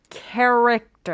character